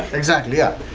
exactly, yeah.